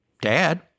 dad